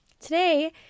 Today